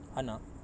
hannah